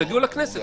תגיעו לכנסת.